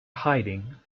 hiding